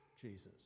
Jesus